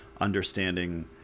understanding